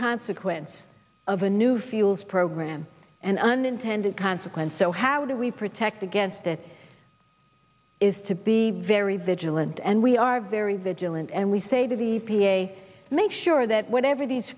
consequence of a new fuels program and untended consequence so how do we protect against that is to be very vigilant and we are very vigilant and we say to the p a make sure that whatever these